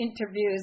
interviews